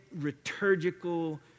liturgical